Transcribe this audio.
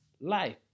life